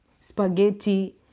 spaghetti